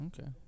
Okay